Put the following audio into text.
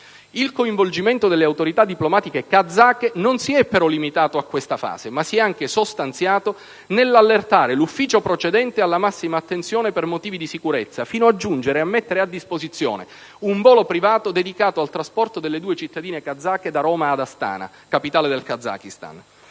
Il coinvolgimento delle autorità diplomatiche kazake non si è però limitato a questa fase ma si è anche sostanziato nell'allertare l'ufficio procedente alla massima attenzione per motivi di sicurezza fino a giungere a mettere a disposizione un volo privato dedicato al trasporto delle due cittadine kazake da Roma ad Astana, capitale del Kazakistan.